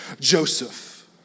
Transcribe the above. Joseph